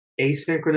asynchronous